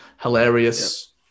hilarious